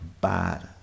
bad